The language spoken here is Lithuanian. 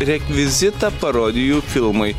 rekvizitą parodijų filmui